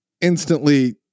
instantly